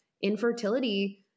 infertility